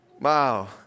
Wow